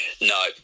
no